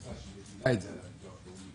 החלטה שהיא מטילה את זה על הביטוח הלאומי.